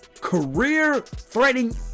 career-threatening